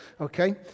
Okay